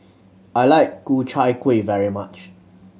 I like Ku Chai Kuih very much